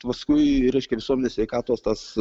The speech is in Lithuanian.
paskui reiškia visuomenės sveikatos tas